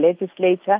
legislature